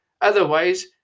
otherwise